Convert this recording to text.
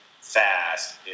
fast